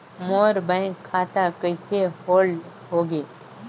मोर bank खाता कइसे hold होगे?